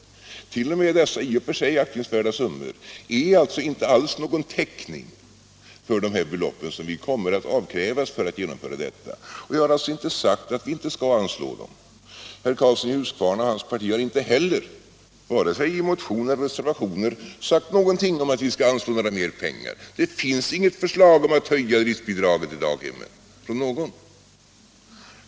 Inte ens dessa i och för sig aktningsvärda summor är alltså någon täckning för de belopp som vi kommer att avkrävas för att detta skall kunna genomföras. Och jag har inte sagt att vi inte skall anslå dem. Herr Karlsson i Huskvarna och hans parti har inte heller, vare sig i motioner eller i reservationer, sagt någonting om att vi skall anslå några ytterligare pengar. Det finns således inget förslag från någon om driftbidragen till barnhemmen.